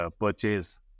purchase